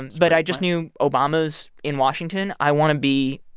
but i just knew obama's in washington. i want to be